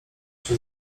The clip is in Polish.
się